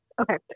Okay